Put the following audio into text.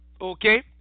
Okay